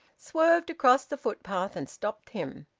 swerved across the footpath and stopped him.